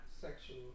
sexual